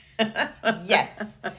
Yes